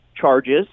charges